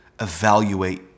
evaluate